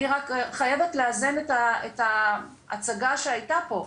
אני רק חייבת לאזן את ההצגה שהייתה פה.